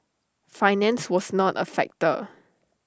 finance was not A factor